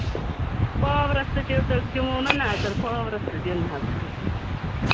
پاورَس سۭتۍ ییٚلہِ تۄہہِ دِمو نا نظر پاورَس سۭتۍ دِنۍ نظر تِم